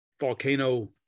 Volcano